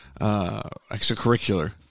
extracurricular